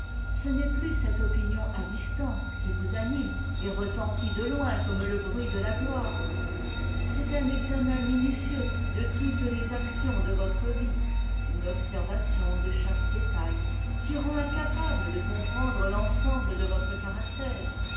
ce n'est plus cette opinion à distance qui vous anime et retentit de loin comme le bruit de a gloire c'est un examen minutieux de toutes les actions de votre vie une observation de chaque détai qui rend incapable de comprendre l'ensemble de votre caractère